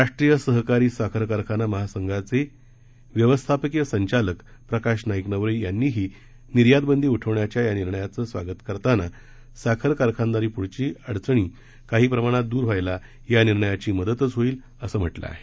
राष्ट्रीय सहकारी साखर कारखाना महासंघाचे व्यस्थापकीय संचालक प्रकाश नाईकनवरे यांनीही निर्यात बंदी उठवण्याच्या या निर्णयाचं स्वागत करताना साखर कारखानदारीपुढील अडचणी काही प्रमाणात दूर होण्यास या निर्णयाची मदतच होईल असं म्हटलं आहे